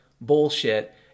bullshit